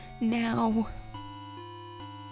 Now